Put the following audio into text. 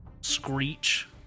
screech